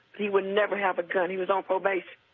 he would never have a gun, he was on probation.